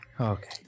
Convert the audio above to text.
okay